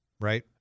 right